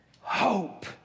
Hope